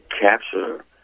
capture